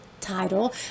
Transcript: title